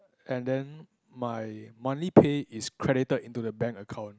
and then my monthly pay is credited into the bank account